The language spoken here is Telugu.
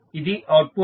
ఇది అవుట్పుట్